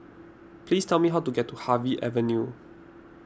please tell me how to get to Harvey Avenue